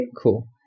Cool